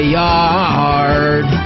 yard